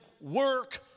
work